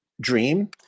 dream